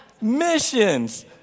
Missions